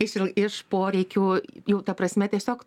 iš iš poreikių jau ta prasme tiesiog